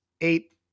eight